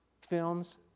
films